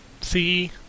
See